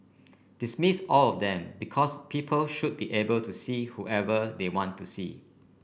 dismiss all of them because people should be able to see whoever they want to see